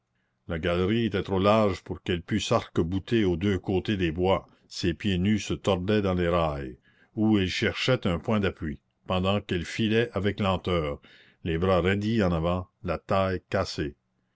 la galerie était trop large pour qu'elle pût sarc bouter aux deux côtés des bois ses pieds nus se tordaient dans les rails où ils cherchaient un point d'appui pendant qu'elle filait avec lenteur les bras raidis en avant la taille cassée